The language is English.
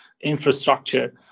infrastructure